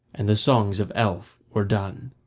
and the songs of elf were done.